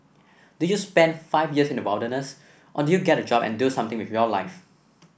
do you spend five years in the wilderness or do you get a job and do something with your life